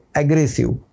aggressive